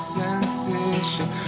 sensation